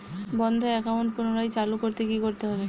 বন্ধ একাউন্ট পুনরায় চালু করতে কি করতে হবে?